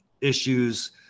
issues